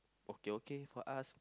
okay okay for us